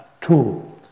two